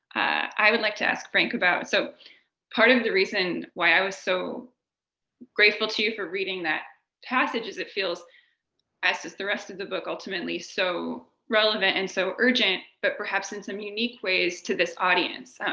i would like to ask frank about so part of the reason why i was so grateful to you for reading that passage is it feels as does the rest of the book ultimately so relevant and so urgent, but perhaps in some unique ways to this audience.